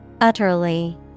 Utterly